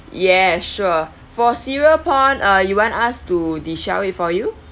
yeah sure for cereal prawn uh you want us to de shell it for you